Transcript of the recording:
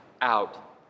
out